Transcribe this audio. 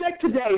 today